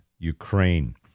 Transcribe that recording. Ukraine